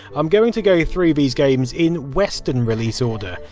i'm going to go through these games in western release order.